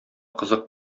кызык